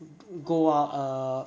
g~ go [what] err